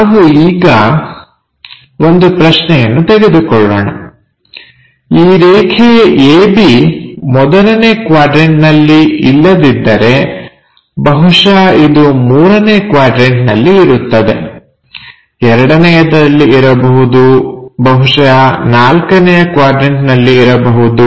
ನಾವು ಈಗ ಒಂದು ಪ್ರಶ್ನೆಯನ್ನು ತೆಗೆದುಕೊಳ್ಳೋಣ ಈ ರೇಖೆ AB ಮೊದಲನೇ ಕ್ವಾಡ್ರನ್ಟನಲ್ಲಿ ಇಲ್ಲದಿದ್ದರೆ ಬಹುಶಃ ಇದು ಮೂರನೇ ಕ್ವಾಡ್ರನ್ಟನಲ್ಲಿ ಇರುತ್ತದೆ ಎರಡನೆಯದರಲ್ಲಿ ಇರಬಹುದು ಬಹುಶಃ ನಾಲ್ಕನೆಯ ಕ್ವಾಡ್ರನ್ಟನಲ್ಲಿ ಇರಬಹುದು